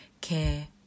care